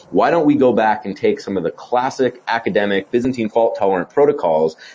why don't we go back and take some of the classic academic byzantine fault-tolerant protocols,